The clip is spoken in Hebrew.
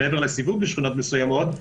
בשכונות מסוימות,